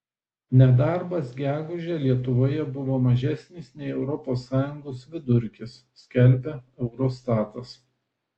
nedarbas gegužę lietuvoje buvo mažesnis nei europos sąjungos vidurkis skelbia eurostatas